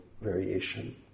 variation